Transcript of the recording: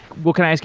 well, can i ask,